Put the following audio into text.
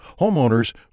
Homeowners